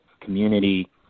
community